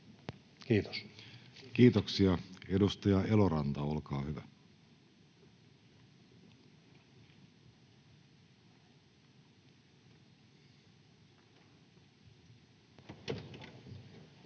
Content: Kiitoksia. — Edustaja Eloranta, olkaa hyvä. [Speech